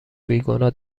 بیگناه